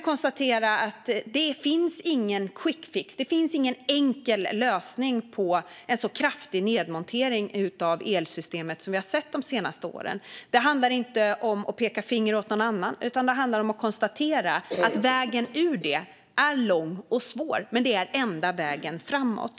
Det finns ingen quickfix, ingen enkel lösning på en sådan kraftig nedmontering av elsystemet som vi har sett de senaste åren. Det handlar inte om att peka finger åt någon annan utan om att konstatera att vägen ur detta är lång och svår men enda vägen framåt.